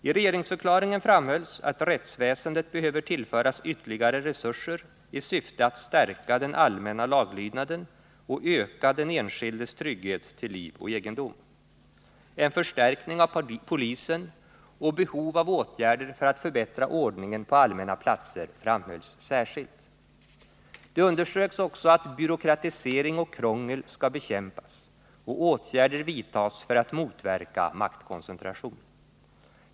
I regeringsförklaringen framhölls att rättsväsendet behöver tillföras ytterligare resurser i syfte att stärka den allmänna laglydnaden och öka den enskildes trygghet till liv och egendom. En förstärkning av polisen och behov av åtgärder för att förbättra ordningen på allmänna platser framhölls särskilt. Det underströks också att byråkratisering och krångel skall bekämpas och åtgärder vidtas för att motverka maktkoncentration.